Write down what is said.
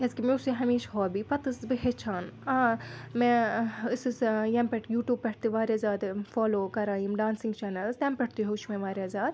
کیٛازِکہِ مےٚ اوٗس یہِ ہمیشہِ ہابی پَتہٕ ٲسٕس بہٕ ہیٚچھان آ مےٚ ٲسٕس ٲں ییٚمہِ پٮ۪ٹھ یوٗٹیوب پٮ۪ٹھ تہِ وارِیاہ زیادٕ فالو کَران یِم ڈانسِنٛگ چیٚنَلٕز تَمہِ پٮ۪ٹھ تہِ ہیٚوچھ مےٚ وارِیاہ زیادٕ